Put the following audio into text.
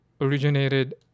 originated